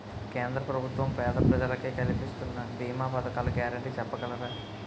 కేంద్ర ప్రభుత్వం పేద ప్రజలకై కలిపిస్తున్న భీమా పథకాల గ్యారంటీ చెప్పగలరా?